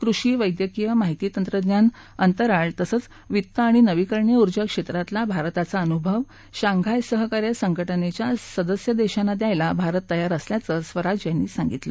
कृषी वैद्यकीय माहिती तंत्रज्ञान अंतराळ तसंच वित्त आणि नवीकरणीय ऊर्जा या क्षप्रतिला भारताचा अनुभव शांघाय सहकार्य संघटनच्या सदस्य दर्घाना द्यायला भारत तयार असल्याचं स्वराज यांनी सांगितलं